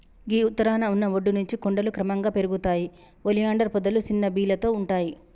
గీ ఉత్తరాన ఉన్న ఒడ్డు నుంచి కొండలు క్రమంగా పెరుగుతాయి ఒలియాండర్ పొదలు సిన్న బీలతో ఉంటాయి